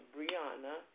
Brianna